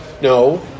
No